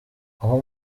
aho